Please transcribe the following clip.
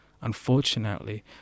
unfortunately